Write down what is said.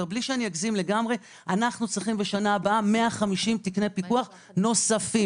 אנחנו צריכים בשנה הבאה 150 תקני פיקוח נוספים.